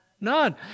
None